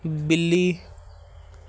ਬਿੱਲੀ